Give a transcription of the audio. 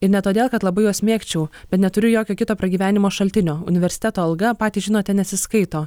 ir ne todėl kad labai juos mėgčiau bet neturiu jokio kito pragyvenimo šaltinio universiteto alga patys žinote nesiskaito